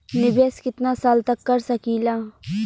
निवेश कितना साल तक कर सकीला?